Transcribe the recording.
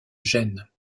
gênes